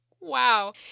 wow